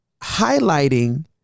highlighting